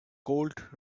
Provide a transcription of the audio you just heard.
colt